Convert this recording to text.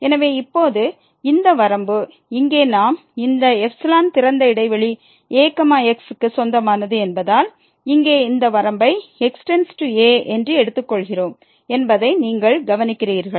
எனவே இப்போது இந்த வரம்பு இங்கே நாம் இந்த ξ திறந்த இடைவெளி ax க்கு சொந்தமானது என்பதால் இங்கே இந்த வரம்பை x→a என்று எடுத்துக் கொள்கிறோம் என்பதை நீங்கள் கவனிக்கிறீர்கள்